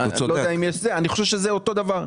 אני חושב שזה אותו הדבר.